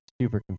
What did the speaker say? super